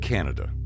Canada